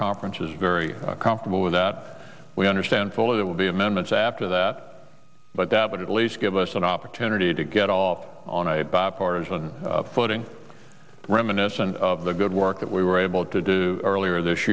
conference is very comfortable with that we understand fully that will be amendments after that but that would at least give us an opportunity to get off on a bipartisan footing reminiscent of the good work that we were able to do earlier this